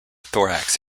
thorax